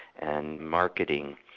and marketing.